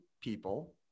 people